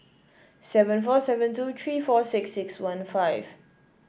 seven four seven two three four six six one five